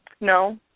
No